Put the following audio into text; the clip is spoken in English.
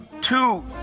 two